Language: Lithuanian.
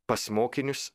pas mokinius